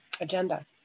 agenda